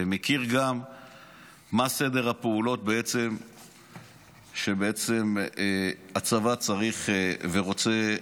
ומכיר גם מה סדר הפעולות שבעצם הצבא צריך ורוצה,